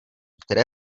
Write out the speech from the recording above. které